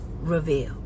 reveal